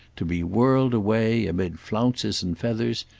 to be whirled away, amid flounces and feathers,